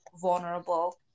vulnerable